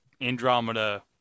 Andromeda